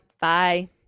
Bye